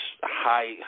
high